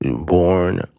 born